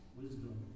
wisdom